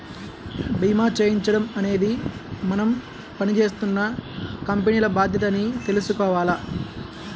భీమా చేయించడం అనేది మనం పని జేత్తున్న కంపెనీల బాధ్యత అని తెలుసుకోవాల